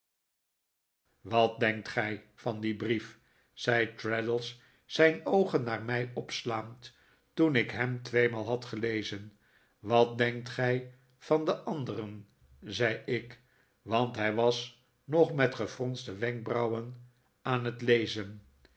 wat denkt gij van dien brief zei traddles zijn oogen naar mij opslaand toen ik hem tweemaal had gelezen wat denkt gij van den anderen zei ik want hij was nog met gefronste wenkbrauwen aan het lezen